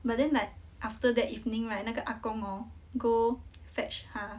but then like after that evening right 那个阿公哦 go fetch 他